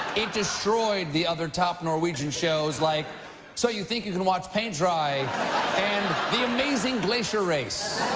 it destroyed the other top norwegian shows, like so you think you can watch paint dry and the amazing glacier race.